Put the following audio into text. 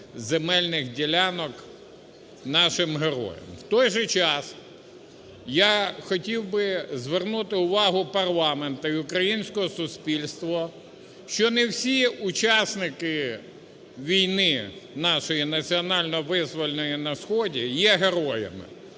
земельних ділянок нашим героям. В той же час я хотів би звернути увагу парламенту і українського суспільства, що не всі учасники війни нашої національно-визвольної на сході є героями,